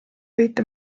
võita